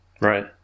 Right